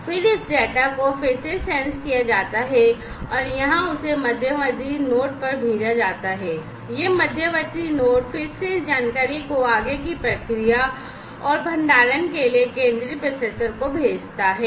और फिर इस डेटा को फिर से सेंस किया जाता है और यहाँ उसे मध्यवर्ती नोड पर भेजा जाता है यह मध्यवर्ती नोड फिर से इस जानकारी को आगे की प्रक्रिया और भंडारण के लिए केंद्रीय प्रोसेसर को भेजता है